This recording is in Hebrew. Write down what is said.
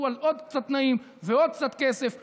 על עוד קצת תנאים ועל עוד קצת כסף אלא,